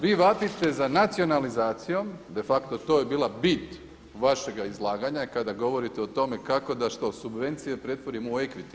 Vi vapite za nacionalizacijom, de facto to je bila bit vašega izlaganja kada govorite o tome kako da subvencije pretvorimo u equity.